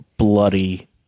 bloody